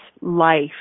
life